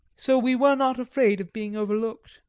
so we were not afraid of being over-looked.